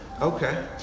Okay